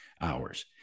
hours